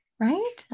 Right